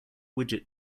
widget